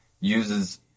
uses